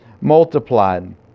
multiplied